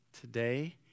today